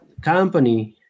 company